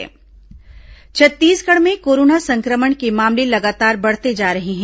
corona मरीज छत्तीसगढ़ में corona संक्रमण के मामले लगातार बढ़ते जा रहे हैं